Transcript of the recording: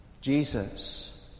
Jesus